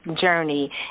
journey